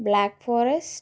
black forest